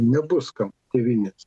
nebus kam tėvynės